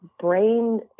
brain